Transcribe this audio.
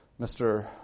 Mr